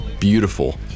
beautiful